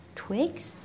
twigs